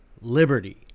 liberty